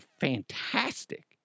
fantastic